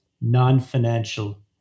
non-financial